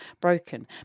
broken